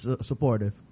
supportive